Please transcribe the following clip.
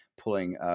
pulling